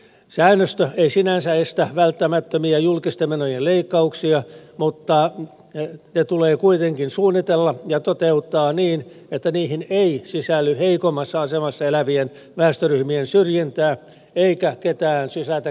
säännöstö ei sinänsä estä välttämättömiä julkisten menojen leikkauksia mutta ne tulee kuitenkin suunnitella ja toteuttaa niin että niihin ei sisälly heikommassa asemassa elävien väestöryhmien syrjintää eikä ketään sysätä köyhyysrajan alapuolelle